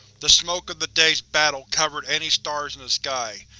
the smoke of the day's battle covered any stars in the sky,